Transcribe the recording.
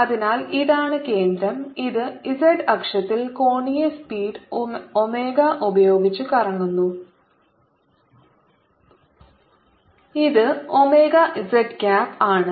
അതിനാൽ ഇതാണ് കേന്ദ്രo ഇത് z അക്ഷത്തിൽ കോണീയ സ്പീഡ് ഒമേഗ ഉപയോഗിച്ച് കറങ്ങുന്നു ഇത് ഒമേഗ z ക്യാപ് ആണ്